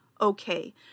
okay